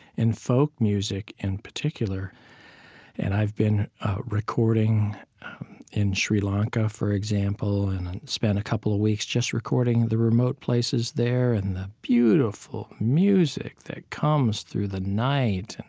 in folk music in particular and i've been recording in sri lanka, for example. i and spent a couple of weeks just recording the remote places there and the beautiful music that comes through the night,